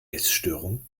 essstörung